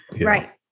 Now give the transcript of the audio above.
Right